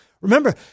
Remember